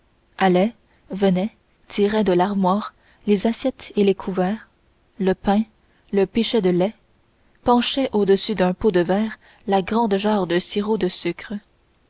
allait venait tirait de l'armoire les assiettes et les couverts le pain le pichet de lait penchait au-dessus d'un pot de verre la grande jarre de sirop de sucre